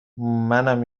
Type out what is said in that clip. منم